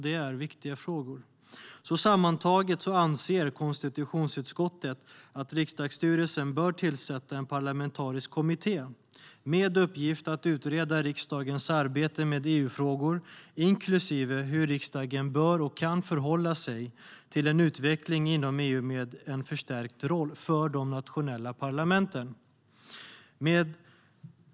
Det är viktiga frågor. Sammantaget anser konstitutionsutskottet att riksdagsstyrelsen bör tillsätta en parlamentarisk kommitté med uppgift att utreda riksdagens arbete med EU-frågor, inklusive hur riksdagen bör och kan förhålla sig till en utveckling inom EU med en förstärkt roll för de nationella parlamenten.